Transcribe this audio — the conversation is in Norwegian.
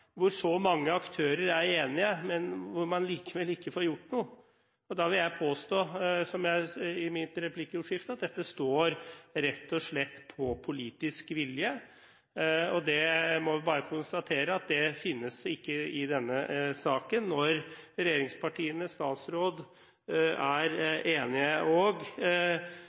hvor så mange aktører er enige, men hvor man likevel ikke får gjort noe. Da vil jeg påstå, som jeg sa i mitt replikkordskifte, at dette står rett og slett på politisk vilje. Jeg må vel bare konstatere at det finnes ikke i denne saken – når regjeringspartiene og statsråden er enige.